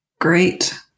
Great